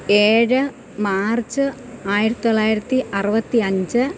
ഏഴ് മാര്ച്ച് ആയിരത്തി തൊള്ളായിരത്തി അറുപത്തി അഞ്ച്